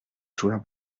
joueur